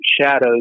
shadows